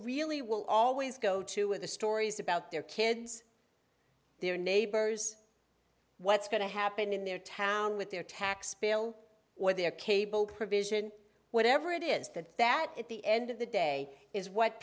really will always go to with the stories about their kids their neighbors what's going to happen in their town with their tax bill or their cable provision whatever it is that that at the end of the day is what